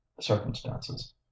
circumstances